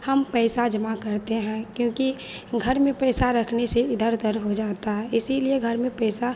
हम पैसा जमा करते हैं क्योंकि घर में पैसा रखने से इधर उधर हो जाता है इसीलिए घर में पैसा